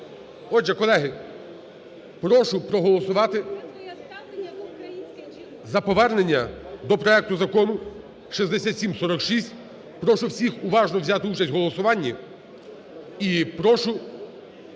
Отже, колеги, прошу проголосувати за повернення до проекту Закону 6746. Прошу всіх уважно взяти участь в голосуванні і прошу